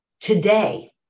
today